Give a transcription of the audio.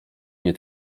nie